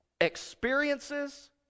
experiences